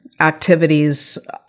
activities